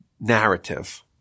narrative